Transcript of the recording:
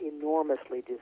enormously